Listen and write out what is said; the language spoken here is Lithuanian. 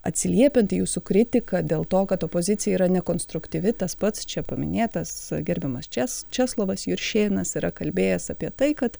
atsiliepiant į jūsų kritiką dėl to kad opozicija yra nekonstruktyvi tas pats čia paminėtas gerbiamas čes česlovas juršėnas yra kalbėjęs apie tai kad